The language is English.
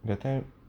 that time